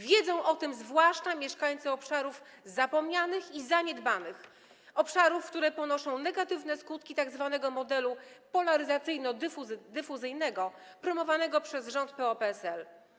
Wiedzą o tym zwłaszcza mieszkańcy obszarów zapomnianych i zaniedbanych, obszarów, które ponoszą negatywne skutki tzw. modelu polaryzacyjno-dyfuzyjnego promowanego przez rząd PO-PSL.